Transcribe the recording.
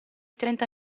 trenta